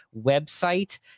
website